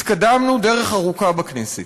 התקדמנו דרך ארוכה בכנסת,